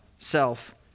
Self